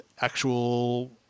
actual